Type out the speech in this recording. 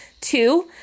two